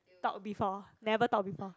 talk before never talk before